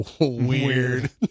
weird